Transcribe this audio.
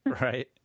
Right